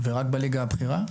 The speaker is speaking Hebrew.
ורק בליגה הבכירה?